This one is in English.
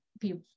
people